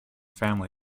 family